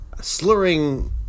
slurring